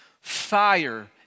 Fire